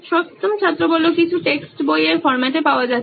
সপ্তম ছাত্র কিছু টেক্সট বই এই ফরম্যাটে পাওয়া যাচ্ছে